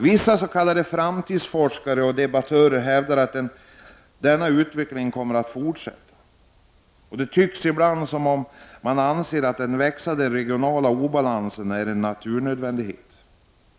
Vissa s.k. framtidsforskare och debattörer hävdar att denna utveckling kommer att fortsätta, och det verkar ibland som om man anser att växande regionala obalanser är en naturnödvändighet.